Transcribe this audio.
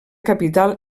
capital